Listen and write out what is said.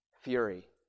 fury